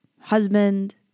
husband